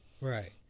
Right